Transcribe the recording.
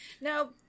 now